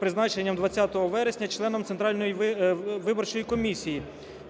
призначенням 20 вересня членом Центральної виборчої комісії.